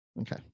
Okay